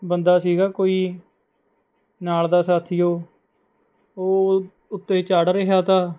ਬੰਦਾ ਸੀ ਕੋਈ ਨਾਲ਼ ਦਾ ਸਾਥੀ ਉਹ ਉਹ ਉੱਤੇ ਚੜ੍ਹ ਰਿਹਾ ਤਾ